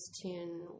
tune